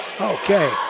Okay